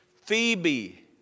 Phoebe